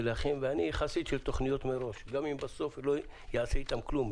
אני חסיד של תכניות מראש גם אם בסוף לא ייעשה איתן כלום.